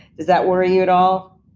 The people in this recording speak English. does that worry you at all?